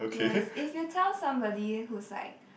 yes if you tell somebody who's like